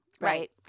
right